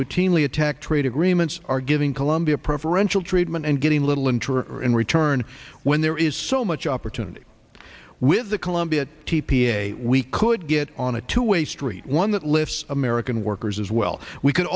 routinely attack trade agreements are giving colombia preferential treatment and getting little interest in return when there is so much opportunity with the colombia t p a we could get on a two way street one that lifts american workers as well we could